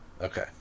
Okay